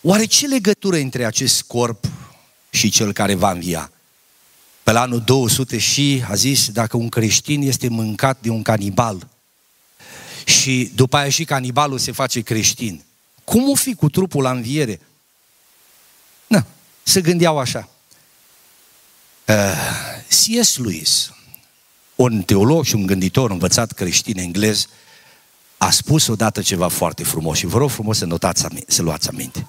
Oare ce legătură între acest corp și cel care va învia? Pe la anul 200 și a zis, dacă un creștin este mâncat de un canibal și după aia și canibalul se face creștin, cum o fi cu trupul la înviere? Na, se gândeau așa. Eh, C.S. Lewis, un teolog și un gânditor învățat creștin englez, a spus odată ceva foarte frumos și vă rog frumos să notați aminte- să luați aminte.